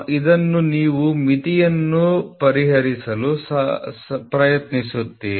ಇದನ್ನು ನೀವು ಮಿತಿಯನ್ನು ಪರಿಹರಿಸಲು ಪ್ರಯತ್ನಿಸುತ್ತೀರಿ